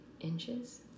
inches